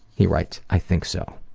he writes i think so.